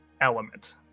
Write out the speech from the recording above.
element